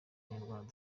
abanyarwanda